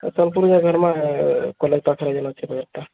ସୋନପୁରରେ ଘିନମା ହେ କଲେଜ୍ ପାଖରେ ଯେନ୍ ଅଛେ ବଜାରଟା